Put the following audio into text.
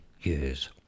years